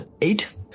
eight